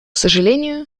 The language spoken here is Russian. сожалению